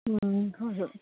ꯎꯝ ꯍꯣꯏ ꯍꯣꯏ